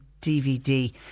DVD